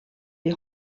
les